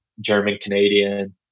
German-Canadian